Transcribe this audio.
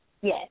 yes